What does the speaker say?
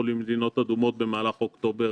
מהחולים ממדינות אדומות במהלך אוקטובר